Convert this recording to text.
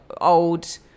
old